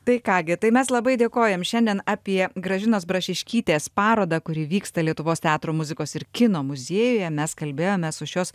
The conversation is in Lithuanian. tai ką gi tai mes labai dėkojam šiandien apie gražinos brašiškytės parodą kuri vyksta lietuvos teatro muzikos ir kino muziejuje mes kalbėjomės su šios